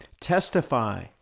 testify